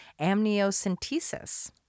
amniocentesis